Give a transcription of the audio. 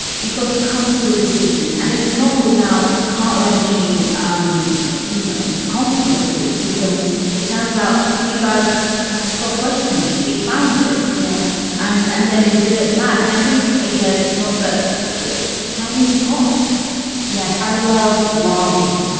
because he comes to a decision. and it's not without heart wrenching, um you know, consequences because it turns out fleabag has stopped questioning. she'd found it. yeah. and and then it didn't match. and i think again, not that he is pining his heart yes. i love longing.